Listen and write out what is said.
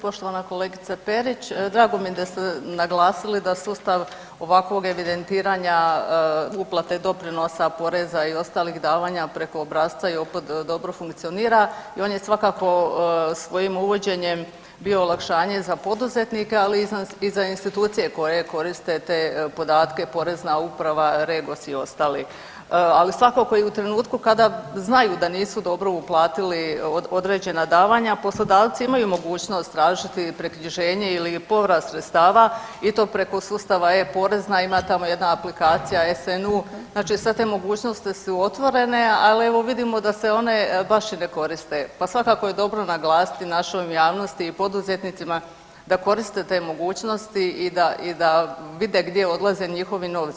Poštovana kolegice Perić, drago mi je da ste naglasili da sustav ovakvog evidentiranja uplate doprinosa, poreza i ostalih davanja preko obrasca JOPPD dobro funkcionira i on je svakako svojim uvođenjem bio olakšanje za poduzetnike, ali i za institucije koje koriste te podatke porezna uprava, REGOS i ostali, ali svakako i u trenutku kada znaju da nisu dobro uplatiti određena davanja poslodavci imaju mogućnost tražiti preknjiženje ili povrat sredstava i to preko sustava e-porezna ima tamo jedna aplikacija SNU znači sve te mogućnosti su otvorene, ali evo vidimo da se one baš i ne koriste pa svakako je dobro naglasiti našoj javnosti i poduzetnicima da koriste te mogućnosti i da vide gdje odlaze njihovi novci.